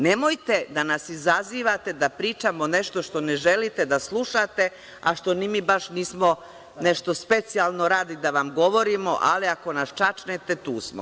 Nemojte da nas izazivate da pričamo nešto što ne želite da slušate, a što ni mi baš nismo nešto specijalno radi da vam govorimo, ali, ako nas čačnete, tu smo.